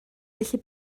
felly